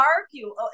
argue